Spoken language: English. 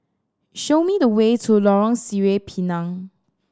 show me the way to Lorong Sireh Pinang